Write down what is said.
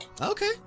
Okay